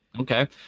okay